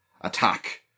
attack